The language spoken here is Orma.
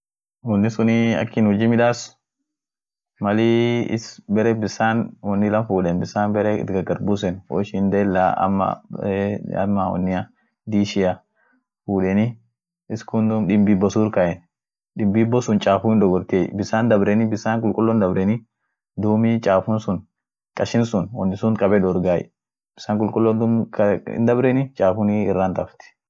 Saanii ak inin taimuan ijeem. woni isaanai periodic vibration yedeni, ama musculata yedeni woni suunti isaabai. duum frequency isanii barum tokotu ijet. akasiit duum woni sun hiijema, wonin sun hinmara kila duum kila time akas duum taimin ijeemai, taimun duum iri muru dandee